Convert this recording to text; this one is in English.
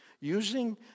Using